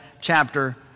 chapter